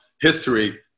history